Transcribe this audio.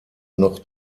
noch